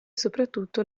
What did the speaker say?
soprattutto